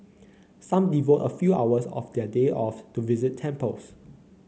some devote a few hours of their day off to visit temples